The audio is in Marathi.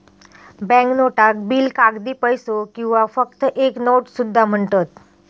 बँक नोटाक बिल, कागदी पैसो किंवा फक्त एक नोट सुद्धा म्हणतत